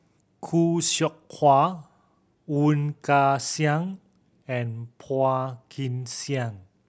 Khoo Seow Hwa Woon Wah Siang and Phua Kin Siang